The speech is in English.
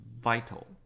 vital